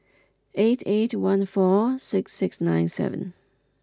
eight eight one four six six nine seven